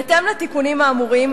בהתאם לתיקונים האמורים,